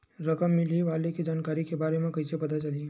रकम मिलही वाले के जानकारी के बारे मा कइसे पता चलही?